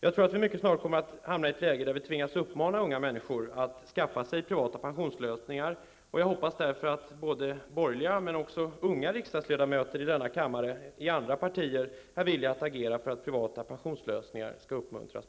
Jag tror att vi mycket snart kommer att hamna i ett läge där vi tvingas att uppmana unga människor att skaffa sig privata pensionslösningar. Jag hoppas därför att borgerliga ledamöter, men också unga riksdagsledamöter i andra partier, är villiga att agera för att privata pensionslösningar skall uppmuntras.